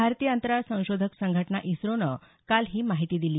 भारतीय अंतराळ संशोधक संघटना इस्रोनं काल ही माहिती दिली